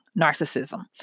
Narcissism